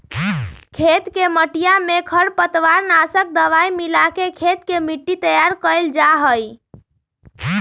खेत के मटिया में खरपतवार नाशक दवाई मिलाके खेत के मट्टी तैयार कइल जाहई